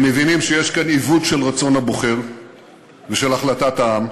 הם מבינים שיש כאן עיוות של רצון הבוחר ושל החלטת העם,